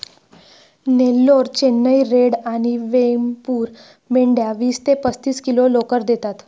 Nellore, Chennai red आणि वेमपूर मेंढ्या वीस ते पस्तीस किलो लोकर देतात